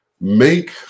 make